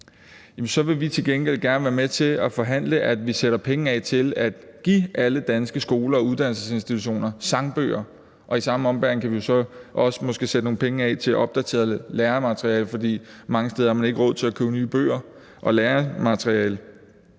så vil vi til gengæld gerne være med til at forhandle, at vi sætter penge af til at give alle danske skoler og uddannelsesinstitutioner sangbøger. I samme ombæring kan vi jo så måske også sætte nogle penge af til at opdatere lærematerialet, for mange steder har man ikke råd til at købe nye bøger og læremateriale.